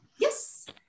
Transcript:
Yes